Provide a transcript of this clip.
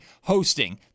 hosting